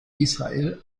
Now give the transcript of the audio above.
israel